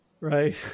right